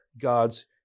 God's